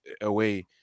away